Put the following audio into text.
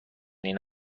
این